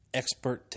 expert